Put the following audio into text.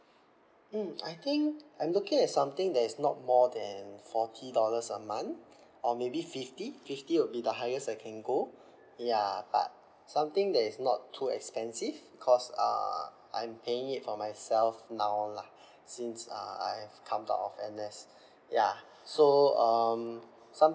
mm I think I'm looking at something that is not more than forty dollars a month or maybe fifty fifty will be the highest I can go ya but something that is not too expensive cause uh I'm paying it for myself now lah since uh I've come out of N_S ya so um some